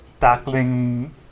tackling